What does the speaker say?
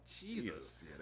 Jesus